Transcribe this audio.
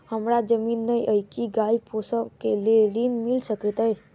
हमरा जमीन नै अई की गाय पोसअ केँ लेल ऋण मिल सकैत अई?